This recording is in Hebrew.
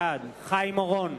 בעד חיים אורון,